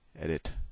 edit